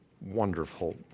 wonderful